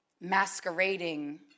masquerading